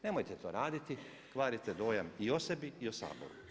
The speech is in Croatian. Nemojte to raditi, kvarite dojam i o sebi i o Saboru.